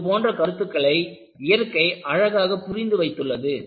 இதுபோன்ற கருத்துக்களை இயற்கை அழகாக புரிந்து வைத்துள்ளது